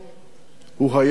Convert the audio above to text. הוא היה בכולם.